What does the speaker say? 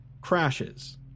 crashes